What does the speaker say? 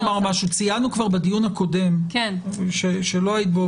ציינו כבר בדיון הקודם שלא היית בו,